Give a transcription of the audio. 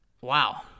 Wow